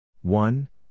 one